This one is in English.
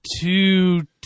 two